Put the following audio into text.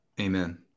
Amen